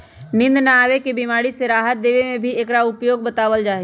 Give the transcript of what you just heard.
नींद न आवे के बीमारी से राहत देवे में भी एकरा उपयोग बतलावल जाहई